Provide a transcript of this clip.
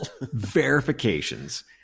verifications